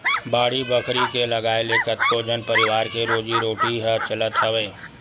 बाड़ी बखरी के लगाए ले कतको झन परवार के रोजी रोटी ह चलत हवय